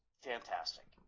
fantastic